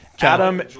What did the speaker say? Adam